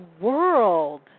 world